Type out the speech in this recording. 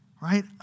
right